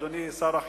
אדוני שר החינוך,